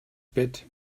bett